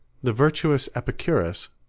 the virtuous epicurus,